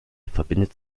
verbindet